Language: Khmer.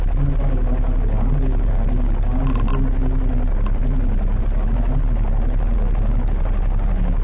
ក្នុងបរិបទបច្ចុប្បន្ន វេទិកាឌីជីថល មានតួនាទីយ៉ាងសំខាន់ និងមិនអាចខ្វះបានក្នុងការថែរក្សាភាសាខ្មែរ។